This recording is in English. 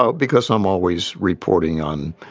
so because i'm always reporting on,